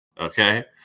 Okay